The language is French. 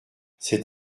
cet